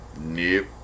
Nope